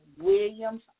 Williams